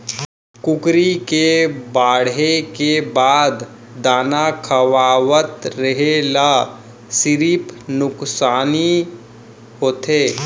कुकरी के बाड़हे के बाद दाना खवावत रेहे ल सिरिफ नुकसानी होथे